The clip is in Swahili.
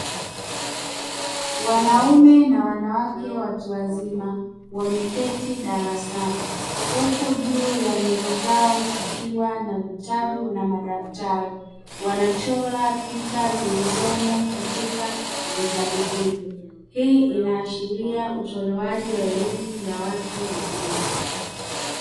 Wanaume na wanawake watu wazima wameketi darasani, huku juu ya meza zao kukiwa na vitabu na madaftari wanachora picha zilizomo katika vitabu hivyo. Hii inaashiria utolewaji wa elimu ya watu wazima.